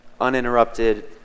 uninterrupted